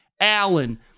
Allen